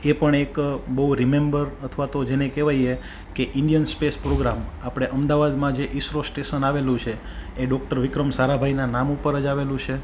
એ પણ એક બહુ રિમેમ્બર અથવા તો જેને કહેવાય એ કે ઇન્ડિયન સ્પેસ પ્રોગ્રામ આપણે અમદાવાદમાં જે ઈસરો સ્ટેસન આવેલું છે એ ડૉક્ટર વિક્રમ સારાભાઈના નામ ઉપર જ આવેલું છે